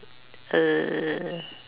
err